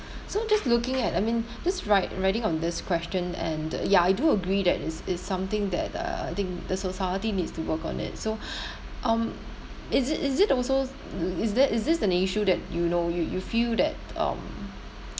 so just looking at I mean just ride riding on this question and ya I do agree that it it's something that uh I think the society needs to work on it so um is it is it also is there is this an issue that you know you you feel that um